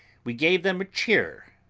we gave them a cheer,